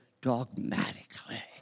dogmatically